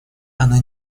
она